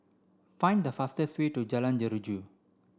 find the fastest way to Jalan Jeruju